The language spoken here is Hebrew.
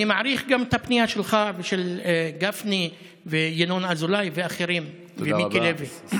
אני מעריך גם את הפנייה שלך ושל גפני וינון אזולאי ואחרים ומיקי לוי.